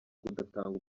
kudatanga